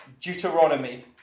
Deuteronomy